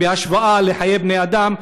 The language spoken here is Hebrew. בהשוואה לחיי בני-אדם,